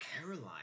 Caroline